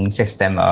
system